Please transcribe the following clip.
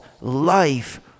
life